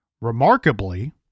Remarkably